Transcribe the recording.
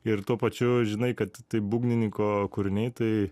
ir tuo pačiu žinai kad tai būgnininko kūriniai tai